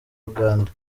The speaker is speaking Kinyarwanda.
uganda